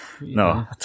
No